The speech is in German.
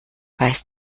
weißt